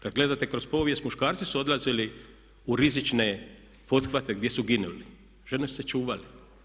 Kad gledate kroz povijest muškarci su odlazili u rizične pothvate gdje su ginuli, žene su se čuvale.